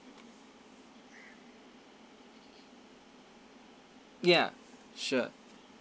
ya sure